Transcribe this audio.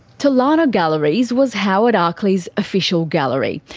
tolarno galleries was howard arkley's official gallery.